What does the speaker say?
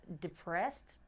depressed